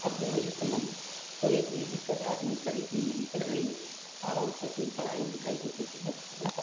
अब जो है इस समय कोई भी दिकक्त आदमी पर नहीं पड़ रही आराम से अपनी पढ़ाई लिखाई जो कुछ भी है इतना कर